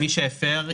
מי שהפר,